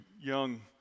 young